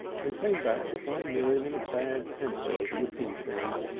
and came back to find miriam in a bad temper over the tea things,